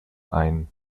ein